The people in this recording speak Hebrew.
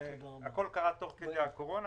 הכול קרה תוך כדי הקורונה.